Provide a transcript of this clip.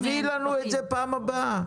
אז תביאי לנו את זה בישיבה הבאה.